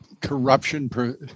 corruption